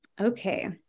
Okay